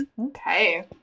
Okay